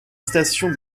station